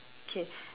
K